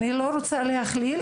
אני לא רוצה להכליל,